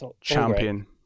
champion